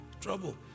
Trouble